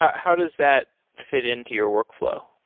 how does that fit into your workflow?